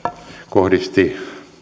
kohdisti